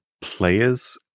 player's